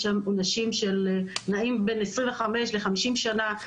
יש שם עונשים שנעים בין 50-25 שנה,